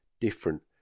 different